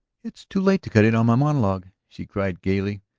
it's too late to cut in on my monologue! she cried gayly.